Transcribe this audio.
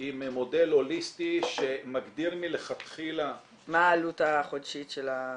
עם מודל הוליסטי שמגדיר מלכתחילה -- מה העלות החודשית של ה-